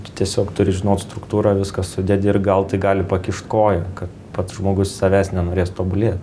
tu tiesiog turi žinot struktūrą viską sudedi ir gal tai gali pakišt koją kad pats žmogus iš savęs nenorės tobulėt